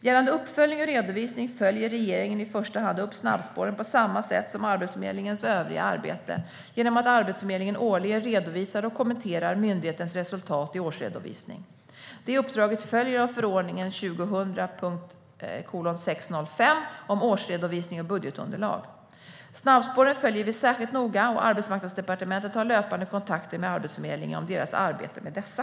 Gällande uppföljning och redovisning följer regeringen i första hand upp snabbspåren på samma sätt som Arbetsförmedlingens övriga arbete - genom att Arbetsförmedlingen årligen redovisar och kommenterar myndighetens resultat i årsredovisning. Det uppdraget följer av förordningen 2000:605 om årsredovisning och budgetunderlag. Snabbspåren följer vi särskilt noga, och Arbetsmarknadsdepartementet har löpande kontakter med Arbetsförmedlingen om deras arbete med dessa.